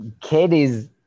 Katie's